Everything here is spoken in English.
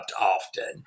often